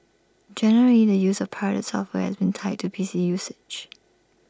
generally the use of pirated software has been tied to P C usage